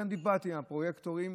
גם דיברתי עם הפרויקטורים,